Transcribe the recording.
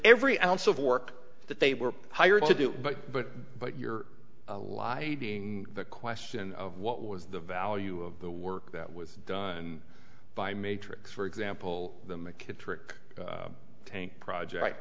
every ounce of work that they were hired to do but but but your ally being the question of what was the value of the work that was done by matrix for example the mckittrick tank project